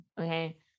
okay